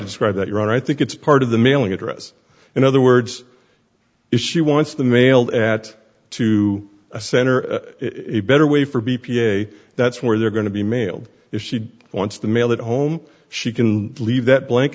describe that you're i think it's part of the mailing address in other words if she wants the mail that to a center a better way for b p a that's where they're going to be mailed if she wants to mail it home she can leave that blank